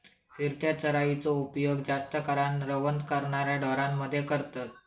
फिरत्या चराइचो उपयोग जास्त करान रवंथ करणाऱ्या ढोरांमध्ये करतत